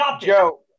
Joe